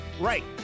Right